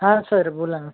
हा सर बोला ना